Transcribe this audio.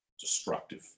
destructive